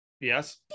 yes